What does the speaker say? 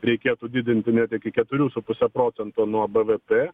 reikėtų didinti net iki keturių su puse procento nuo bvp